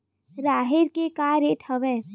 राहेर के का रेट हवय?